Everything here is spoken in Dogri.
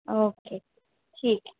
ओके ठीक ऐ